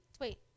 Wait